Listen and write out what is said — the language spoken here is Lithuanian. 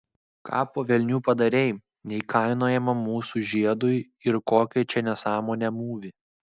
ką po velnių padarei neįkainojamam mūsų žiedui ir kokią čia nesąmonę mūvi